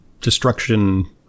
destruction